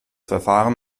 verfahren